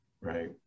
Right